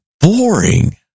Boring